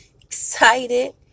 excited